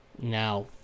Now